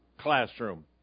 classroom